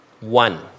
one